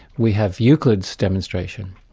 we have euclid's demonstration,